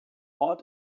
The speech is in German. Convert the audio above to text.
ort